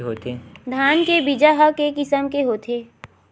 धान के बीजा ह के किसम के होथे?